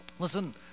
Listen